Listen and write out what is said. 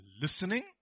listening